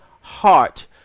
heart